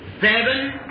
seven